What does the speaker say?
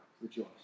rejoice